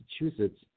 Massachusetts